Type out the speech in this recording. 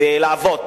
ולעבוד